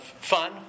fun